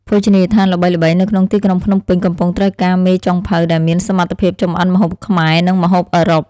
ភោជនីយដ្ឋានល្បីៗនៅក្នុងទីក្រុងភ្នំពេញកំពុងត្រូវការមេចុងភៅដែលមានសមត្ថភាពចម្អិនម្ហូបខ្មែរនិងម្ហូបអឺរ៉ុប។